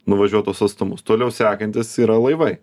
nuvažiuot tuos atstumus toliau sekantis yra laivai